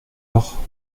heure